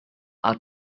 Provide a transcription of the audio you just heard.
are